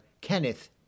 Kenneth